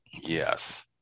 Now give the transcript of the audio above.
Yes